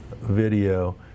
video